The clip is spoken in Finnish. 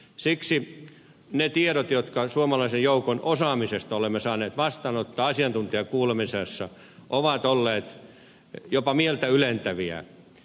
siksi ne tiedot jotka suomalaisen joukon osaamisesta olemme saaneet vastaanottaa asiantuntijakuulemisessa ovat olleet jopa mieltä ylentäviä